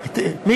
סקירה.